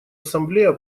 ассамблея